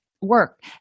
work